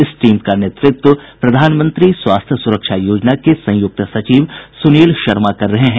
इस टीम का नेतृत्व प्रधानमंत्री स्वास्थ्य सूरक्षा योजना के संयुक्त सचिव सुनील शर्मा कर रहे हैं